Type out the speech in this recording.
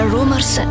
Rumors